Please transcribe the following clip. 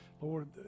Lord